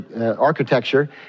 architecture